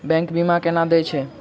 Bank बीमा केना देय है?